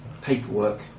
paperwork